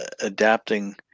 adapting